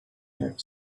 had